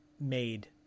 made